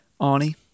Arnie